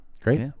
Great